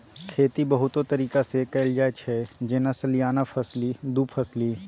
खेती बहुतो तरीका सँ कएल जाइत छै जेना सलियाना फसली, दु फसली